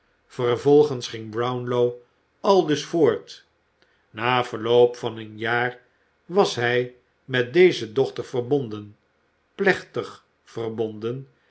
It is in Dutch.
vervolgens ging brownlow aldus voort na verloop van een jaar was hij met deze dochter verbonden plechtig verbonden